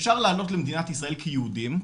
אפשר לעלות למדינת ישראל כיהודים,